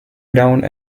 ground